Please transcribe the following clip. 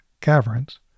caverns